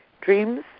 dreams